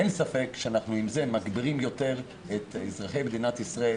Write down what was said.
אין ספק שאנחנו בזה מגבירים יותר את אזרחי מדינת ישראל